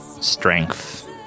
strength